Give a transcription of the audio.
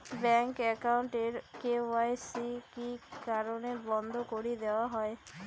Bank account এর KYC কি কি কারণে বন্ধ করি দেওয়া হয়?